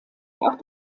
auch